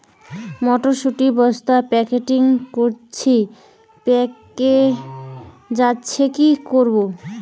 মটর শুটি বস্তা প্যাকেটিং করেছি পেকে যাচ্ছে কি করব?